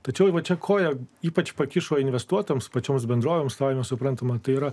tačiau čia koją ypač pakišo investuotoms pačioms bendrovėms savaime suprantama tai yra